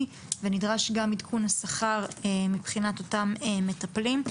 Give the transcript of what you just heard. ונדרש גם עדכון לשכר מבחינת אותם מטפלים,